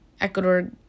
Ecuador